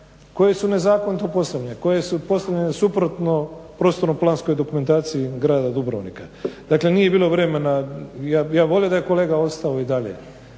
koje su nezakonito postavljene, koje su postavljene suprotno prostorno-planskoj dokumentaciji grada Dubrovnika. Dakle, nije bilo vremena. Ja bih volio da je kolega ostao i dalje